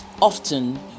often